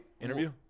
interview